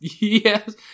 Yes